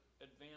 advance